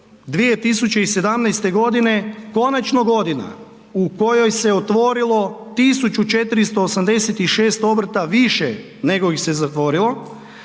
2017. godine konačno godina u kojoj se otvorilo 1486 obrta više nego ih se zatvorilo